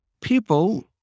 People